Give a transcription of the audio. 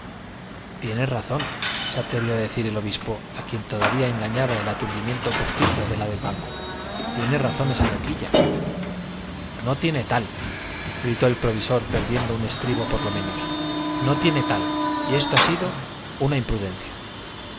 jarana tiene razón se atrevió a decir el obispo a quien todavía engañaba el aturdimiento postizo de la del banco tiene razón esa loquilla no tiene tal gritó el provisor perdiendo un estribo por lo menos no tiene tal y esto ha sido una imprudencia